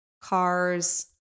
cars